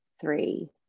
three